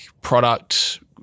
product